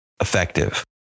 effective